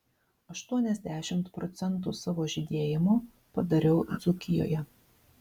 aštuoniasdešimt procentų savo žydėjimo padariau dzūkijoje